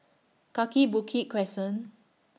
Kaki Bukit Crescent